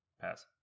pass